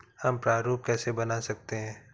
हम प्रारूप कैसे बना सकते हैं?